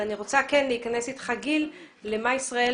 אני רוצה לשמוע ממך גיל מה ישראל